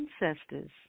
ancestors